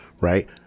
right